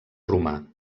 romà